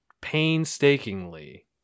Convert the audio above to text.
painstakingly